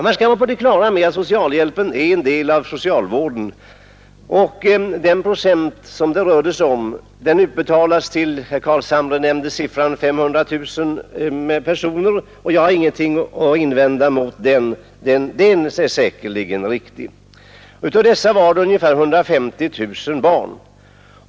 Man bör vara på det klara med att socialhjälpen är en del av socialvården och att den procent som det rör sig om utbetalas till — herr Carlshamre nämnde siffran — 500 000 personer. Jag har ingenting att invända mot den siffran; den är säkerligen riktig. Av dessa var ungefär 150 000 barn.